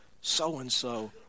so-and-so